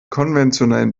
konventionellen